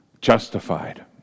justified